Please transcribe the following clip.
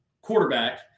quarterback